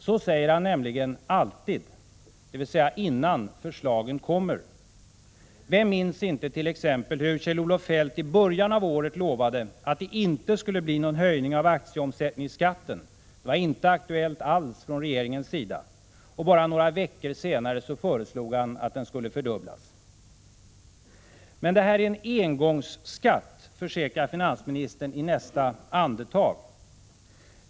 Så säger han nämligen alltid, dvs. innan förslagen kommer. Vem minns inte hur Kjell-Olof Feldt i början av året lovade att någon höjning av aktieomsättningsskatten inte var aktuell — och hur han bara några veckor senare föreslog en fördubbling. Men det här är en engångsskatt, försäkrar finansministern i nästa andetag.